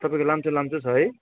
तपाईँको लाम्चो लाम्चो छ है